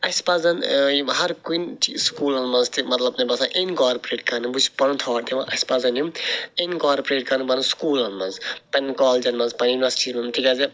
اسہِ پَزَن ٲں یِم ہر کُنہ سُکولَن مَنٛز تہِ مطلب مےٚ باسان اِنکارپوریٹ کَرنہِ بہٕ چھُس پَنُن تھاٹ دِوان اسہِ پَزَن یِم اِنکارپوریٹ کَرٕنۍ پننیٚن سُکولَن مَنٛز پَننیٚن کالجیٚن مَنٛز پَننیٚن یونیورسٹیٖزَن مَنٛز تِکیٛازِ